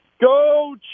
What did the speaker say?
Go